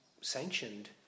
sanctioned